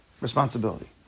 responsibility